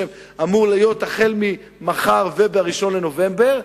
החל ממחר ומה-1 בנובמבר,